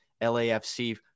LAFC